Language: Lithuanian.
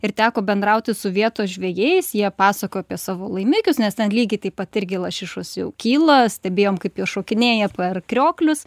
ir teko bendrauti su vietos žvejais jie pasako apie savo laimikius nes ten lygiai taip pat irgi lašišos jau kyla stebėjom kaip jos šokinėja per krioklius